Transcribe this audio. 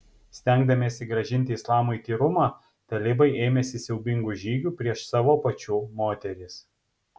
stengdamiesi grąžinti islamui tyrumą talibai ėmėsi siaubingų žygių prieš savo pačių moteris